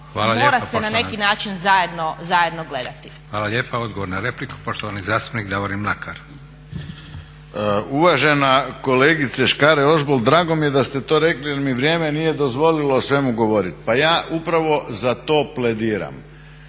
mora se na neki način zajedno gledati. **Leko, Josip (SDP)** Hvala lijepa. Odgovor na repliku poštovani zastupnik Davorin Mlakar. **Mlakar, Davorin (HDZ)** Uvažena kolegice Škare Ožbolt drago mi je da ste to rekli jer mi vrijeme nije dozvolilo o svemu govoriti. Pa ja upravo za to plediram.